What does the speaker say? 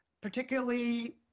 particularly